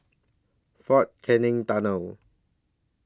Fort Canning Tunnel